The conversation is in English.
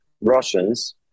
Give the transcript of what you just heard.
Russians